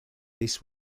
this